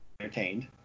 entertained